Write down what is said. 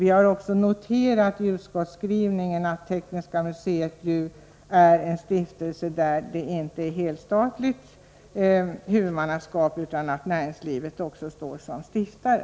I utskottsskrivningen har vi även noterat att Tekniska museet är en stiftelse. Det är alltså inte helstatligt huvudmannaskap, utan näringslivet står också som stiftare.